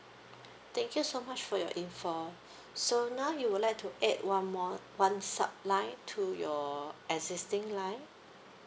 thank you so much for your information so now you would like to add one more one subscription line to your existing line